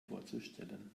vorzustellen